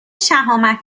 شهامت